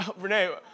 Renee